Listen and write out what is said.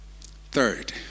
Third